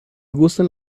gustan